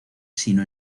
sino